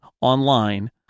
online